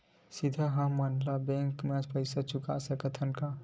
सीधा हम मन बैंक ले पईसा चुका सकत हन का?